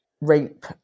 rape